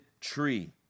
tree